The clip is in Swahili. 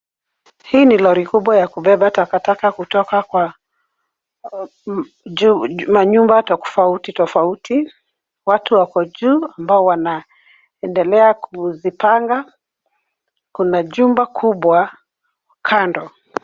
Hii ni lori kubwa ya kubeba takataka kutoka kwa manyumba tofauti tofauti. Watu wako juu ambao wanaendelea kuzipanga. Kuna jumba kubwa kando.